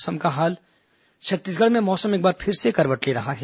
मौसम छत्तीसगढ़ में मौसम एक बार फिर से करवट ले रहा है